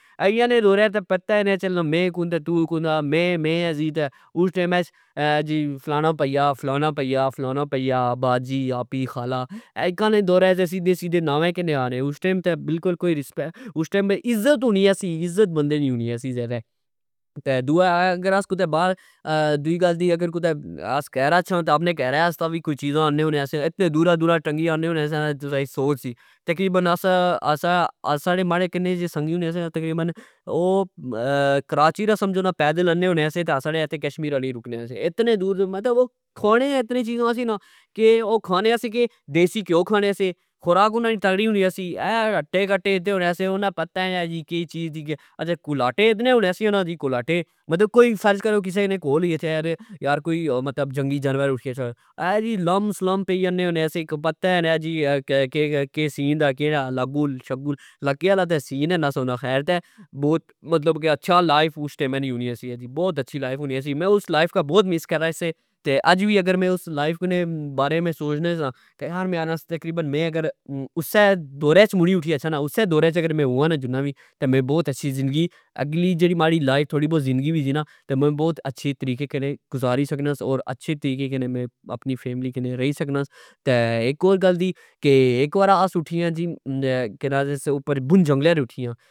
اییہ نے دورہچ تہ پتا نئی چلنا کہ میں کن تہ تو میں میں ہوسی تہ اس ٹئمہچ فلانا پئیا فلاناپئیا, فلانا پئیا, باجی آپی ,خالہ ,اج نے دورہچ تہ سدے سدے ناوے کنیا اے .اس ٹئم تہ اذت ہونی آ سی اذت بندے نی ہونی یا سی .دوا اس اگر بار دؤئی گل دی اگر کر اچھا تہ آپنے کر واستہ وی کج چیزاں آننے ہونے سیا اتنے دورہ دورہ ٹنگی آننے ہونے سیا نا, تسا نی سوچ سی تقریبن اسا ساڑے جتنے اسی سنگی ہونے سیا تقریبن او کراچی تک نا پیدل آنے ہونے سیا .تہ ساڑے اتھہ کشمیر آنی رکنے ہونے سے اتنے دور متہ او کھانے اتنی چیزا سی نا کہ او کھانے سی کہ دیسی کیو کھانے سے خوراک انا نی تغڑی ہونی سی اہہ اتے کٹے انا پتا اہہ نا کہ چیز دی اچھا کلاٹے اتنے ہونے سے نا کلوٹے فرض کرو کسہ انا نے کول گچھہ ار یار کوئی جنگی جانور احیا شا .اہہ جی لم سلم پئی جانے سیاں جی پتا اہہ نا جی کہ سین دا لگل شگل ٍلکہ آلا سین ای نی سا. ہونا خیر بوت اچھا لائف اس ٹئمہ نی ہنی سی بوت اچھی لائف ہونی میں اس لائف کہ بوت مس کرنا سے تہ اج وی اگر اس لائف نے بارے سوچنا نا میں آکھنا کہ میں اگر اسہ دورہچ مڑی اٹھی اچھا نا اسہ دورہچ میں ہووا نا مین بواچھی ذندگی اگلی جیڑی تھوڑی بوت لائف ذندگی وچ ای نا تہ میں بوت اچھے طریقے گزاری سکنا .اچھے طریقے کنے میں اپنی فیفلی کی رئی سکنا اک اور گل دی اک واری آس اٹھی آئے آ جی کرہ بن جنگلہ اٹھی آ